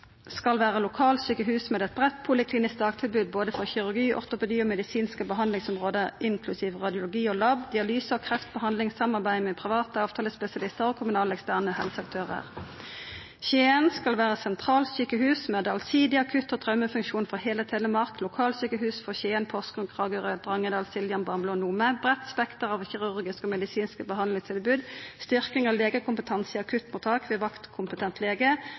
skal vera lokalsjukehus «med et bredt poliklinisk dagtilbud både for kirurgi, gynekologi og medisinske behandlingsområder inklusiv radiologi og lab. Dialyse og kreftbehandling. Samarbeid med private avtalespesialister og kommunale/eksterne helseaktører». Skien skal vera ««Sentralsykehus» med allsidig akutt og traumefunksjon for hele Telemark. Lokalsykehus for Skien, Porsgrunn, Kragerø, Drangedal, Siljan, Bamble og Nome. Bredt spekter av kirurgiske og medisinske behandlingstilbud. Styrking av legekompetanse i akuttmottak